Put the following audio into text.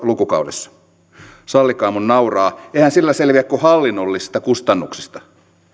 lukukaudessa sallikaa minun nauraa eihän sillä selviä kuin hallinnollisista kustannuksista